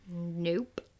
Nope